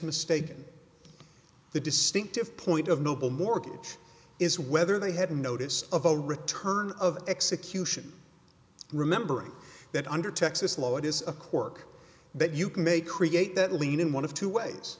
mistaken the distinctive point of noble mortgage is whether they had notice of a return of execution remembering that under texas law it is a quirk that you can make create that lean in one of two ways